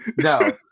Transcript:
No